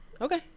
Okay